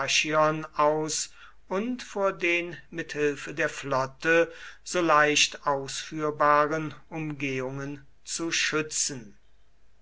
aus und vor den mit hilfe der flotte so leicht ausführbaren umgehungen zu schützen